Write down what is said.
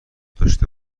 داشه